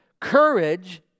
courage